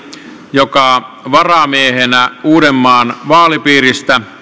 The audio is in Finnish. joka varamiehenä uudenmaan vaalipiiristä